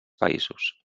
països